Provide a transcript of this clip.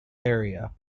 area